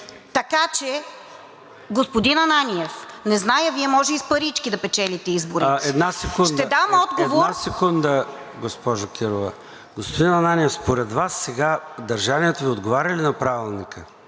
Така че, господин Ананиев, не зная Вие може с парички да печелите изборите. ПРЕДСЕДАТЕЛ ЙОРДАН ЦОНЕВ: Една секунда, госпожо Кирова. Господин Ананиев, според Вас сега държанието Ви отговаря ли на Правилника?